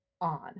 on